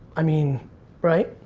i mean right?